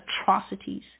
atrocities